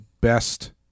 best